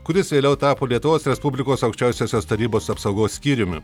kuris vėliau tapo lietuvos respublikos aukščiausiosios tarybos apsaugos skyriumi